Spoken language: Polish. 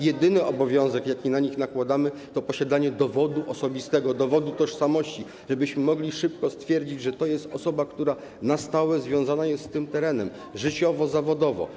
Jedyny obowiązek, jaki na nich nakładamy, to posiadanie dowodu osobistego, dowodu tożsamości, żebyśmy mogli szybko stwierdzić, że to jest osoba, która na stałe związana jest z tym terenem, życiowo, zawodowo.